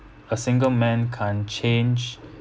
a single man can't change